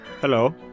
Hello